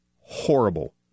horrible